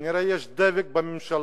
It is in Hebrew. כנראה הם שותקים כי יש דבק בממשלה,